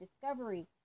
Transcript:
discovery